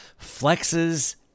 Flexes